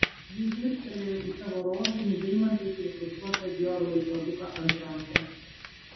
ji žvilgtelėjo į savo rožinį deimantais inkrustuotą dior laikroduką ant rankos